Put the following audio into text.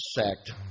sect